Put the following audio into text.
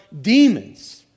demons